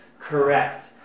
correct